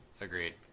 Agreed